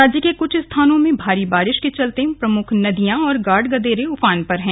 राज्य के कुछ स्थानों में भारी बारिश के चलते प्रमुख नदियां और गाढ़ गदेरे उफान पर हैं